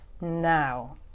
Now